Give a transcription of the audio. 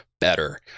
better